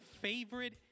favorite